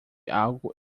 algo